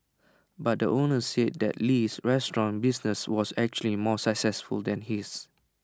but the owner said that Li's restaurant business was actually more successful than his